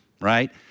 right